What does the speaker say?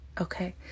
Okay